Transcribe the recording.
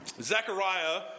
Zechariah